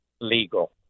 legal